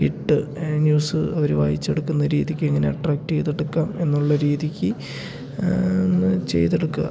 ഇട്ട് ന്യൂസ് അവർ വായിച്ചെടുക്കുന്ന രീതിക്കിങ്ങനെ അട്രാക്റ്റ് ചെയ്തെടുക്കാം എന്നുള്ള രീതിക്ക് ഒന്ന് ചെയ്തെടുക്കുക